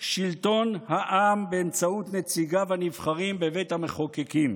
שלטון העם באמצעות נציגיו הנבחרים בבית המחוקקים,